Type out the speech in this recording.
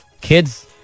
kids